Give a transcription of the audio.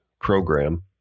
program